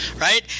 right